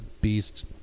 beast